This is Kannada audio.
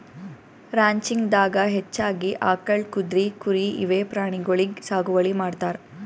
ರಾಂಚಿಂಗ್ ದಾಗಾ ಹೆಚ್ಚಾಗಿ ಆಕಳ್, ಕುದ್ರಿ, ಕುರಿ ಇವೆ ಪ್ರಾಣಿಗೊಳಿಗ್ ಸಾಗುವಳಿ ಮಾಡ್ತಾರ್